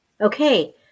okay